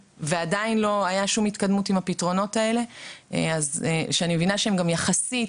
ועדיין לא הייתה שום התקדמות עם הפתרונות האלה שאני מבינה שהם יחסית